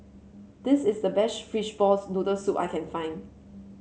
this is the best Fishball Noodle Soup that I can find